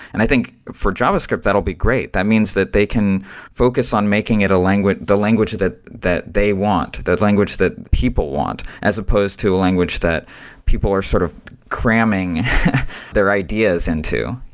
and i think for javascript, that'll be great. that means that they can focus on making it the language that that they want, that language that people want, as opposed to a language that people are sort of cramming their ideas into.